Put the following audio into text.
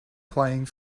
playing